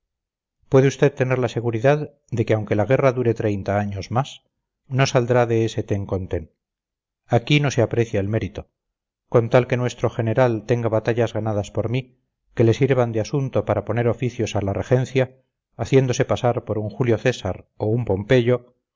puede usted tener la seguridad de que aunque la guerra dure treintaaños más no saldrá de ese ten con ten aquí no se aprecia el mérito con tal que nuestro general tenga batallas ganadas por mí que le sirvan de asunto para poner oficios a la regencia haciéndose pasar por un julio césar o un pompeyo